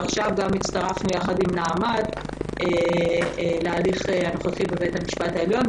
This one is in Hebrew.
ועכשיו גם הצטרפנו ביחד עם נעמ"ת להליך הנוכחי בבית המשפט העליון,